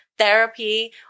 Therapy